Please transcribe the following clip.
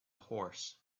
horse